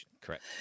Correct